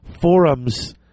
forums